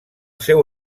seu